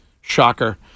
Shocker